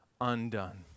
undone